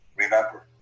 Remember